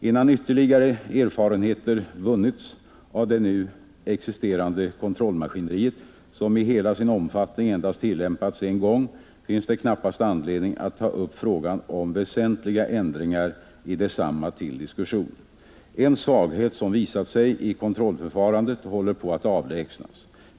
Innan ytterligare erfarenheter vunnits av det nu existerande kontrollmaskineriet, som i hela sin omfattning endast tillämpats en gång, finns det knappast anledning att ta upp frågan om väsentliga ändringar i detsamma till diskussion. En svaghet som visat sig i kontrollförfarandet håller på att avlägsnas.